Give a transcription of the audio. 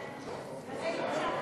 סעיפים 1